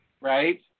Right